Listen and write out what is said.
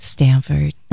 Stanford